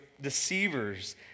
deceivers